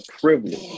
privilege